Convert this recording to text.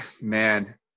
Man